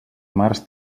març